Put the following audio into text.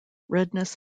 redness